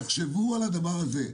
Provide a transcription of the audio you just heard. תחשבו על הדבר הזה: